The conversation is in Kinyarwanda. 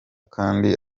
kandi